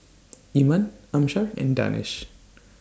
Iman Amsyar and Danish